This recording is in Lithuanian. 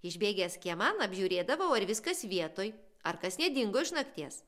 išbėgęs kieman apžiūrėdavau ar viskas vietoj ar kas nedingo iš nakties